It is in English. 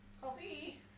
Coffee